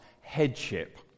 headship